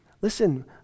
Listen